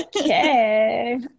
Okay